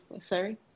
sorry